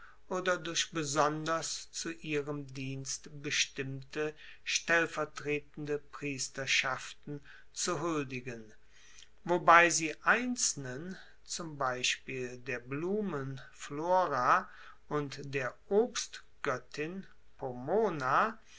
oder durch besonders zu ihrem dienst bestimmte stellvertretende priesterschaften zu huldigen wobei sie einzelnen zum beispiel der blumen flora und der obstgoettin